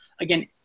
again